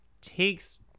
Takes